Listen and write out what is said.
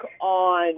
on